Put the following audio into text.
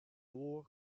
war